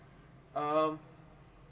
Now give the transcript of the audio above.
um